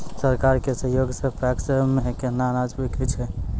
सरकार के सहयोग सऽ पैक्स मे केना अनाज बिकै छै?